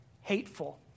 hateful